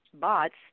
bots